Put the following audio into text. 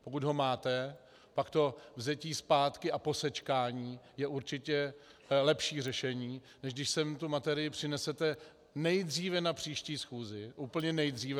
Pokud ho máte, pak to vzetí zpátky a posečkání je určitě lepší řešení, než když sem tu materii přinesete nejdříve na příští schůzi, úplně nejdříve.